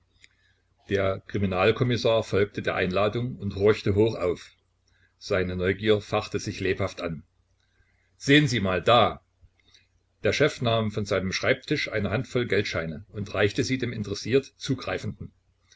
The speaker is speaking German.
der kriminalkommissar folgte der einladung und horchte hoch auf seine neugier fachte sich lebhaft an sehen sie mal da der chef nahm von seinem schreibtisch eine handvoll geldscheine und reichte sie dem interessiert zugreifenden